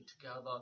together